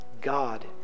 God